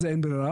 זה אין ברירה.